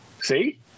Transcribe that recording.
See